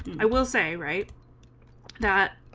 i will say right that